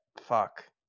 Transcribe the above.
Fuck